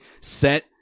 set